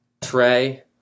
Trey